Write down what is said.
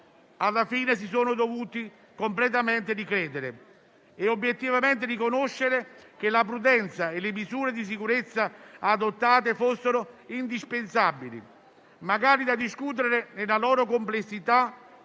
alla fine si sono dovuti completamente ricredere, dovendo obiettivamente riconoscere che la prudenza e le misure di sicurezza adottate fossero indispensabili, magari da discutere nella loro complessità